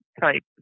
type